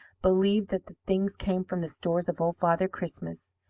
believed that the things came from the stores of old father christmas.